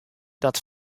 dat